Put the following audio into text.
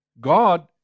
God